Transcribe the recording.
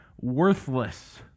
worthless